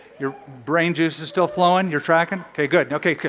your brain juice is still flowing? you're tracking? ok. good. ok.